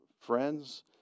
friends